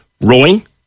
Rowing